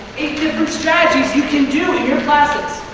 eight different strategies you can do in your classes.